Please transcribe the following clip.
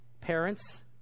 Parents